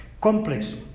complex